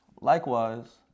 likewise